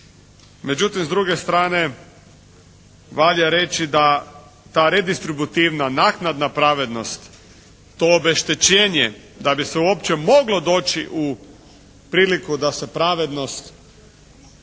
međutim s druge strane valja reći da ta redistributivna naknadna pravednost, to obeštećenje da bi se uopće moglo doći u priliku da se pravednost